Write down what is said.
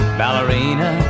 ballerina